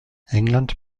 england